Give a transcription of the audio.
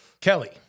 Kelly